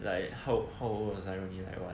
like how how old was I only like what